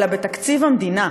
אלא בתקציב המדינה,